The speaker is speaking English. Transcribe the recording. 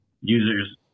users